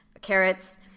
Carrots